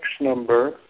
number